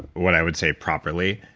what i would say properly.